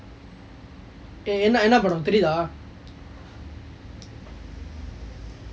dey என்ன என்ன படம் தெரியுதா:enna enna padam theriyuthaa lah